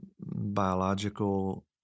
biological